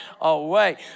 away